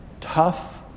tough